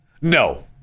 No